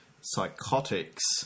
psychotics